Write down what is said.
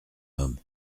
homme